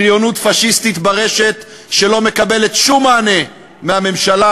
בריונות פאשיסטית ברשת שלא מקבלת שום מענה מהממשלה,